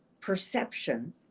perception